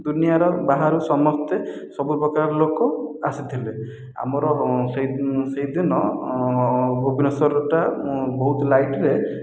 ଦୁନିଆଁର ବାହାରୁ ସମସ୍ତେ ସବୁପ୍ରକାର ଲୋକ ଆସିଥିଲେ ଆମର ସେହି ସେହିଦିନ ଭୁବନେଶ୍ୱରଟା ବହୁତ ଲାଇଟରେ